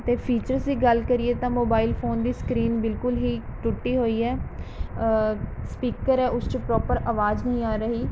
ਅਤੇ ਫੀਚਰਸ ਦੀ ਗੱਲ ਕਰੀਏ ਤਾਂ ਮੋਬਾਈਲ ਫੋਨ ਦੀ ਸਕਰੀਨ ਬਿਲਕੁਲ ਹੀ ਟੁੱਟੀ ਹੋਈ ਹੈ ਸਪੀਕਰ ਹੈ ਉਸ 'ਚ ਪ੍ਰੋਪਰ ਆਵਾਜ਼ ਨਹੀਂ ਆ ਰਹੀ